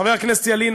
חבר הכנסת ילין,